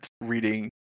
reading